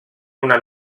una